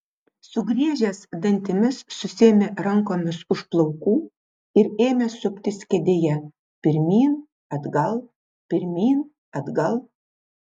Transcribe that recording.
sugriežęs dantimis susiėmė rankomis už plaukų ir ėmė suptis kėdėje pirmyn atgal pirmyn atgal